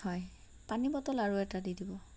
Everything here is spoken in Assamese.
হয় পানী বটল আৰু এটা দি দিব